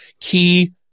key